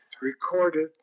recorded